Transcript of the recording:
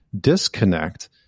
disconnect